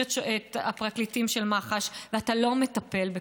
את הפרקליטים של מח"ש ואתה לא מטפל בכך.